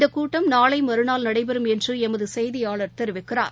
இந்தகூட்டம் நாளைமாநாள் நடைபெறும் என்றுளமதுசெய்தியாளர் தெரிவிக்கிறார்